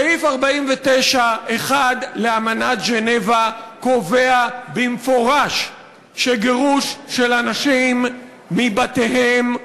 סעיף 49(1) לאמנת ז'נבה קובע במפורש שגירוש של אנשים מבתיהם,